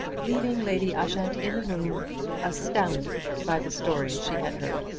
leaving lady ushant in the room astounded by the story she had heard.